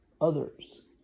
others